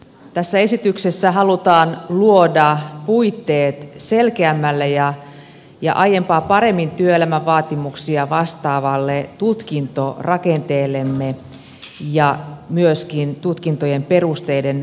tässä esityksessä halutaan luoda puitteet selkeämmälle ja aiempaa paremmin työelämän vaatimuksia vastaavalle tutkintorakenteellemme ja myöskin tutkintojen perusteiden uudistamiselle